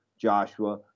Joshua